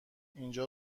اینجا